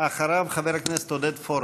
אחריו, חבר הכנסת עודד פורר.